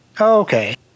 Okay